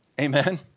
Amen